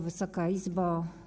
Wysoka Izbo!